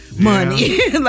money